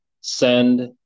send